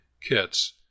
kits